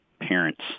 parents